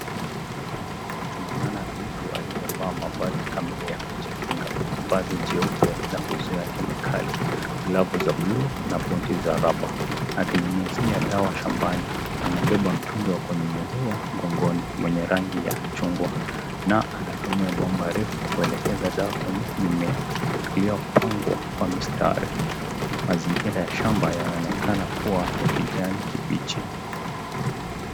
Tunaonana na mtu aliyevaa mavazi kamili ya kujikinga, mavazi jeupe la kuzuia kemikali, glavu za blue na buti za raba. Ananyunyizia dawa shambani, amebeba mtungi wa kunyunyizia mgongoni mwenye rangi ya chungwa na anatumia bomba refu kuelekeza dawa kwenye mimea iliyopangwa kwa mistari. Mazingira ya shamba yanaonekana kuwa ya kijani kibichi.